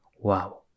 Wow